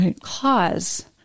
cause